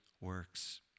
works